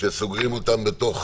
שסוגרים אותם בתוך